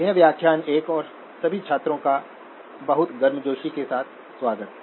यह व्याख्यान 1 और सभी छात्रों का बहुत गर्मजोशी से स्वागत है